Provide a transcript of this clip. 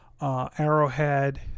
Arrowhead